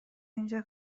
اینجا